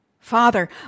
Father